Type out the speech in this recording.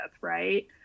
right